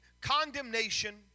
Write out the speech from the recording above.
condemnation